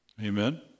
amen